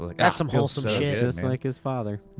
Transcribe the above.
like that's some wholesome shit. just like his father.